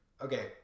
okay